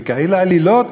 בכאלה עלילות,